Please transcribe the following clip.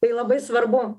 tai labai svarbu